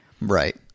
Right